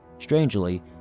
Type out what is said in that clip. Strangely